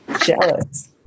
Jealous